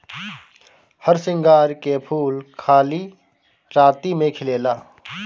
हरसिंगार के फूल खाली राती में खिलेला